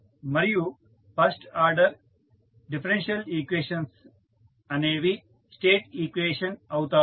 మరియు first order differential equations అనేవి state equation అవుతాయి